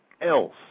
else